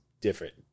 different